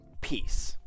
Peace